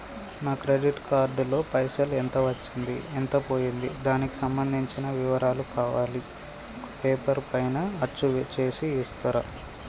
నా credit card లో పైసలు ఎంత వచ్చింది ఎంత పోయింది దానికి సంబంధించిన వివరాలు కావాలి ఒక పేపర్ పైన అచ్చు చేసి ఇస్తరా?